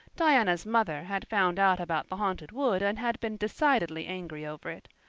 diana's mother had found out about the haunted wood and had been decidedly angry over it.